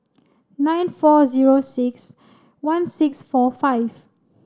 nine four zero six one six four five